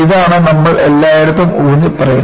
ഇതാണ് നമ്മൾ എല്ലായിടത്തും ഊന്നിപ്പറയുന്നത്